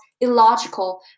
Illogical